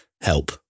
help